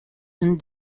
une